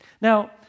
Now